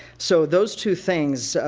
so those two things,